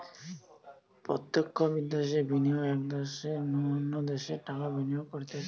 প্রত্যক্ষ বিদ্যাশে বিনিয়োগ এক দ্যাশের নু অন্য দ্যাশে টাকা বিনিয়োগ করতিছে